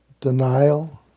denial